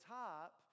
top